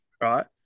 right